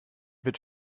wird